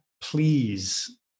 please